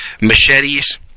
machetes